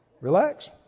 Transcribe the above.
Relax